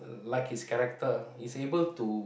like his character he's able to